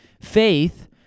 Faith